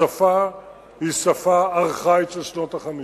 השפה היא שפה ארכאית, של שנות ה-50.